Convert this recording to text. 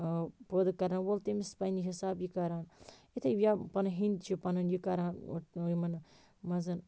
پٲدٕ کَرَن وول تٔمِس پَننہِ حِساب یہِ کَران یِتھے یا پَنن ہیٚنٛدۍ چھِ پَنُن یہِ کَران یِمَن مَنٛز